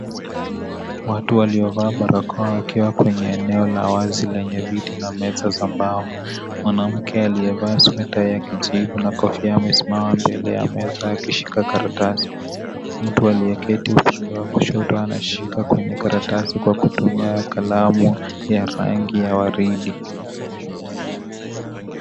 Watu waliovaa barakoa wakiwa kwenye eneo la wazi lenye viti na meza za mbao. Mwanamke aliyevaa sweta ya kijivu na kofia ya mistari amesimama mbele ya meza akishika karatasi. Mtu aliyeketi upande wa kushoto anashika kwenye karatasi kwa kutumia kalamu ya rangi ya waridi.